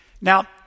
Now